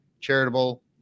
charitable